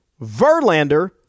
Verlander